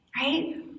right